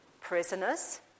prisoners